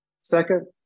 Second